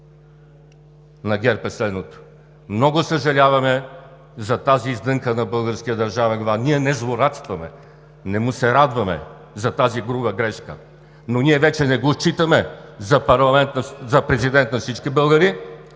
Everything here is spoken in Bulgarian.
на ГЕРБ, е следното: много съжаляваме за тази издънка на българския държавен глава. Ние не злорадстваме, не му се радваме за тази груба грешка, но вече не го считаме за президент на всички българи.